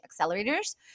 accelerators